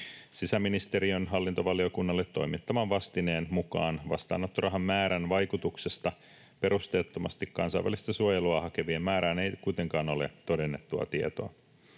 Sisäministeriön hallintovaliokunnalle toimittaman vastineen mukaan vastaanottorahan määrän vaikutuksesta perusteettomasti kansainvälistä suojelua hakevien määrään ei kuitenkaan ole todennettua tietoa.